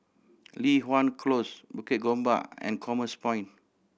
Li Hwan Close Bukit Gombak and Commerce Point